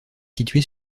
situé